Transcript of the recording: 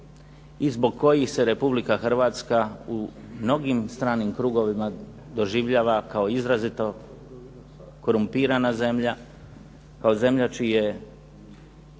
i zbog kojih se Republika Hrvatska u mnogim stranim krugovima doživljava kao izrazito korumpirana zemlja, kao zemlja čije